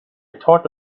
thought